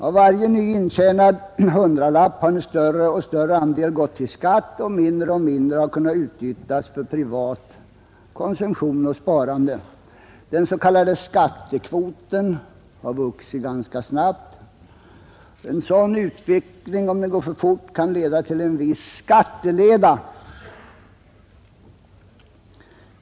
Av varje ny intjänad hundralapp har en större och större andel gått till skatt, och mindre och mindre har kunnat utnyttjas för privat konsumtion och sparande. Den s.k. skattekvoten har vuxit ganska snabbt. En sådan utveckling kan, om den går för fort, skapa en viss skatteleda.